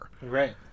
Right